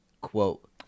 quote